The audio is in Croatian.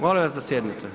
Molim vas da sjednete.